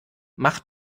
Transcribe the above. mach